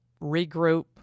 regroup